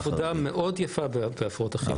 עושים עבודה מאוד יפה בהפרעות אכילה.